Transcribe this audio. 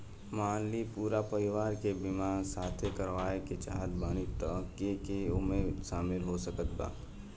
मान ली पूरा परिवार के बीमाँ साथे करवाए के चाहत बानी त के के ओमे शामिल हो सकत बा?